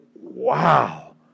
wow